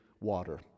water